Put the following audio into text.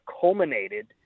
culminated